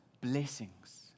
blessings